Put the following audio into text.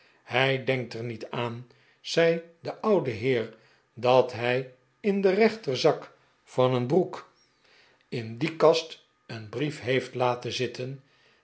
hij denkt er niet aan zei de oude heer dat hij in den rechterzak van een broek in de pickwick club die kast een brief heeft laten zitten